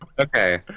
Okay